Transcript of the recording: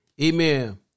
Amen